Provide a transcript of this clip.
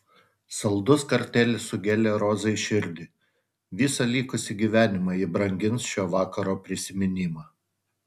saldus kartėlis sugėlė rozai širdį visą likusį gyvenimą ji brangins šio vakaro prisiminimą